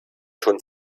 schon